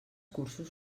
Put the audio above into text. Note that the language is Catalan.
cursos